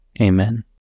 Amen